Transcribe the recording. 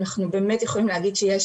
אנחנו באמת יכולים להגיד שיש